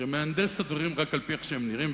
שמהנדס את הדברים רק על-פי איך שהם נראים.